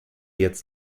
jetzt